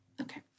Okay